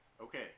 Okay